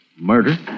Murder